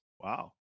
Wow